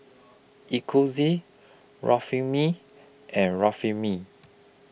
Eucerin Remifemin and Remifemin